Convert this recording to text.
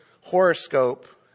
horoscope